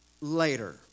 later